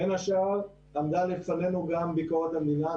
בין השאר עמדה לפנינו גם ביקורת המדינה.